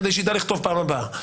כדי שיידע לכתוב בפעם הבאה.